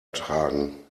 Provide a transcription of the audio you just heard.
tragen